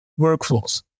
workflows